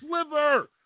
sliver